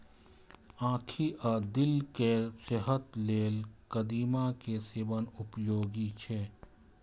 आंखि आ दिल केर सेहत लेल कदीमा के सेवन उपयोगी छै